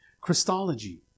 Christology